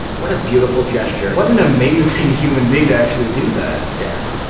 what a beautiful gesture. what an amazing human being to actually do that. yeah